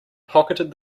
pocketed